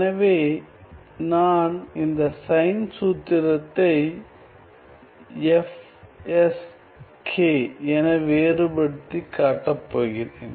எனவே நான் இந்த சைன் சூத்திரத்தை Fs என வேறுபடுத்திக் காட்டப் போகிறேன்